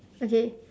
okay